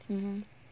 mmhmm